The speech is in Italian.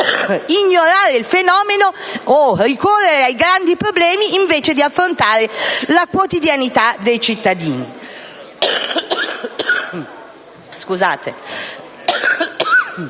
ignorare il fenomeno o ricorrere ai grandi problemi invece di affrontare la quotidianità dei cittadini.